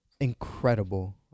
incredible